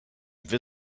been